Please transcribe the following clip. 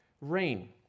rain